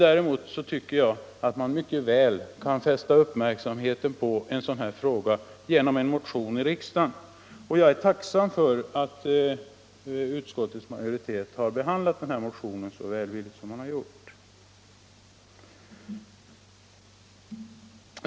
Då kan man mycket väl fästa uppmärksamheten på frågan genom att motionera i riksdagen, och jag är tacksam för att utskottets majoritet har behandlat motionen så välvilligt som den gjort.